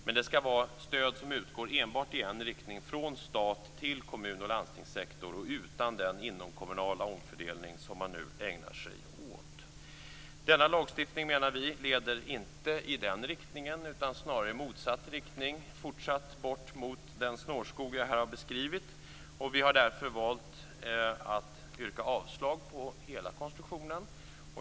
Men det skall vara stöd som utgår enbart i en riktning: från stat till kommun och landstingssektor och utan den inomkommunala omfördelning som man nu ägnar sig åt. Denna lagstiftning leder inte i den riktningen utan snarare i motsatt riktning, fortsatt bort från den snårskog som jag här har beskrivit. Vi har därför valt att yrka avslag på hela konstruktionen.